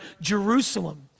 Jerusalem